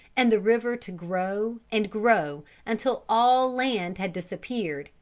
and the river to grow and grow until all land had disappeared,